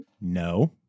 No